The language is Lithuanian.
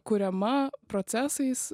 kuriama procesais